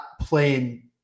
playing